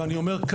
ואני אומר,